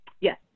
yes